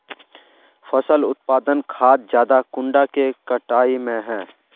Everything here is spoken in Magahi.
फसल उत्पादन खाद ज्यादा कुंडा के कटाई में है?